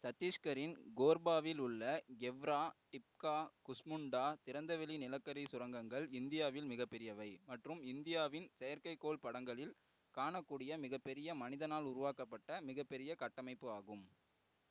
சத்தீஸ்கரின் கோர்பாவில் உள்ள கெவ்ரா டிப்கா குஸ்முண்டா திறந்தவெளி நிலக்கரிச் சுரங்கங்கள் இந்தியாவின் மிகப்பெரியவை மற்றும் இந்தியாவின் செயற்கைக்கோள் படங்களில் காணக்கூடிய மிகப்பெரிய மனிதனால் உருவாக்கப்பட்ட மிகப்பெரிய கட்டமைப்பு ஆகும்